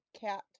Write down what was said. cat